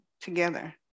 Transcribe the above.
together